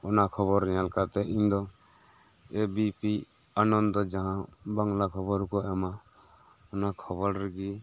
ᱚᱱᱟ ᱠᱷᱚᱵᱚᱨ ᱧᱮᱞ ᱠᱟᱛᱮᱜ ᱤᱧ ᱫᱚ ᱮ ᱵᱤ ᱯᱤ ᱟᱱᱚᱱᱫᱚ ᱡᱟᱦᱟᱸ ᱵᱟᱝᱞᱟ ᱠᱷᱚᱵᱚᱨ ᱠᱚ ᱮᱢᱟ ᱚᱱᱟ ᱠᱷᱚᱵᱚᱨ ᱨᱮᱜᱮ